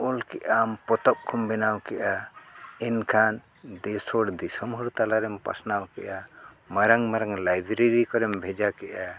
ᱚᱞ ᱠᱮᱫᱟᱢ ᱯᱚᱛᱚᱵ ᱠᱚᱢ ᱵᱮᱱᱟᱣ ᱠᱮᱫᱼᱟ ᱮᱱᱠᱷᱟᱱ ᱫᱮᱥ ᱦᱚᱲ ᱫᱤᱥᱚᱢ ᱦᱚᱲ ᱛᱟᱞᱟᱨᱮᱢ ᱯᱟᱥᱱᱟᱣ ᱠᱮᱫᱼᱟ ᱢᱟᱨᱟᱝᱼᱢᱟᱨᱟᱝ ᱠᱚᱨᱮᱢ ᱵᱷᱮᱡᱟ ᱠᱮᱫᱼᱟ